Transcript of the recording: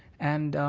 and,